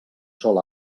sol